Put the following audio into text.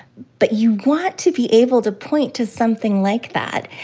but you want to be able to point to something like that.